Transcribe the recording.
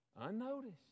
unnoticed